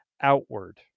outward